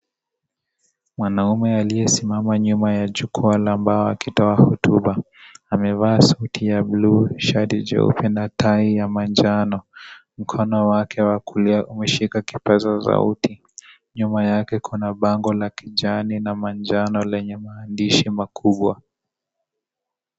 Mwanaume aliyesimama nyuma ya jukwaa la mbao akitoa hotuba amevaa suti ya blu shati jeupe na tai ya manjano . Mkono wake wa kulia umeshika kipaza sauti . Nyuma yake kuna bango la kijani na manjano lenye maandishi makubwa .